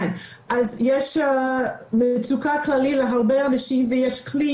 יש מצוקה כללית להרבה אנשים ויש כלי